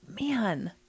Man